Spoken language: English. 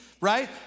Right